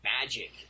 magic